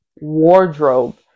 wardrobe